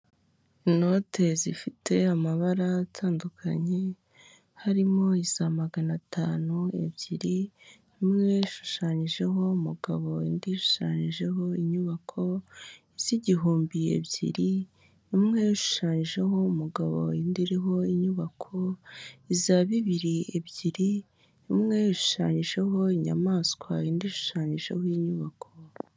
Inote zifite amabara atandukanye harimo iza magana atanu ebyiri, imwe yashushanyijeho umugabo yandishanyijeho inyubakoz' igihumbi ebyiri imwe yashushanyijeho umugabo indiriho inyubako iza bibiri ebyiri imweshushanyijeho inyamaswa yandishushanyijehoinyubako.